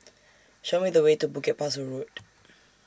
Show Me The Way to Bukit Pasoh Road